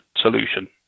solution